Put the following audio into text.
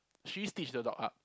she stitch the dog up